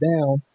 down